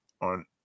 on